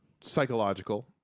psychological